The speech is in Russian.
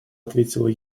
ответила